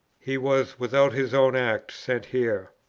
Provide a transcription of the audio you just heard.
he was without his own act sent here.